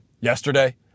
yesterday